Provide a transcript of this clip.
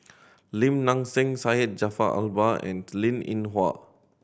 Lim Nang Seng Syed Jaafar Albar and Linn In Hua